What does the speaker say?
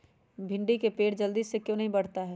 भिंडी का पेड़ जल्दी क्यों नहीं बढ़ता हैं?